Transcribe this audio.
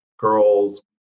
girls